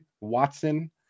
Watson